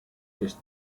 test